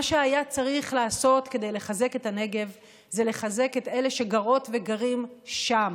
מה שהיה צריך לעשות כדי לחזק את הנגב זה לחזק את אלה שגרות וגרים שם,